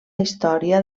història